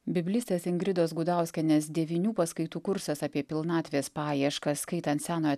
biblistės ingridos gudauskienės devynių paskaitų kursas apie pilnatvės paieškas skaitant senojo